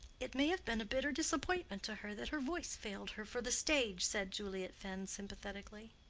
it may have been a bitter disappointment to her that her voice failed her for the stage, said juliet fenn, sympathetically.